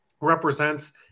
represents